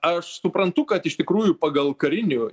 aš suprantu kad iš tikrųjų pagal karinių